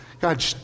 God